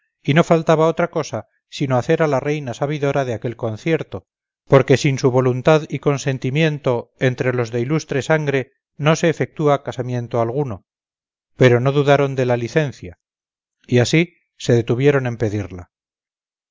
y no faltaba otra cosa sino hacer a la reina sabidora de aquel concierto porque sin su voluntad y consentimiento entre los de ilustre sangre no se efectúa casamiento alguno pero no dudaron de la licencia y así se detuvieron en pedirla